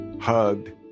hugged